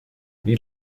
wie